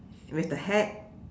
with the hat